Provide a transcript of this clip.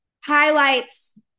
highlights